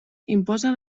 imposa